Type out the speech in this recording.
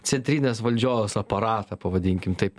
centrinės valdžios aparatą pavadinkim taip